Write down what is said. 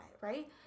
right